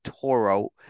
Toro